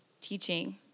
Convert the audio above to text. teaching